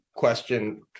question